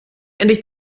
endlich